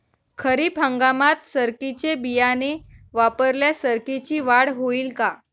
खरीप हंगामात सरकीचे बियाणे वापरल्यास सरकीची वाढ होईल का?